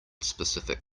specific